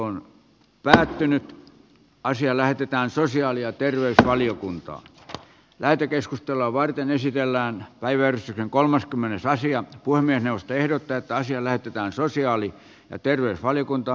puhemiesneuvosto ehdottaa että asia lähetetään sosiaali ja terveysvaliokuntaan lähetekeskustelua varten esitellään kaiversi kolmaskymmenes aasian pulmien ostoehdot täyttä asia lähetetään sosiaali ja terveysvaliokunta